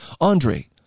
Andre